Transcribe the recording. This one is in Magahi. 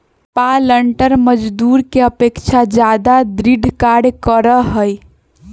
पालंटर मजदूर के अपेक्षा ज्यादा दृढ़ कार्य करा हई